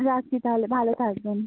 রাখছি তাহলে ভালো থাকবেন